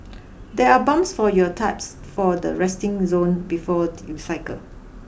there are pumps for your types for the resting zone before you cycle